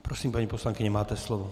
Prosím, paní poslankyně, máte slovo.